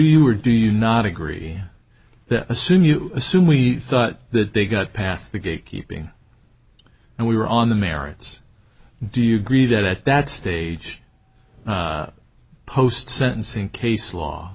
you or do you not agree that assume you assume we thought that they got past the gate keeping and we were on the merits do you agree that at that stage post sentencing case law